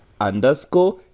underscore